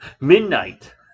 midnight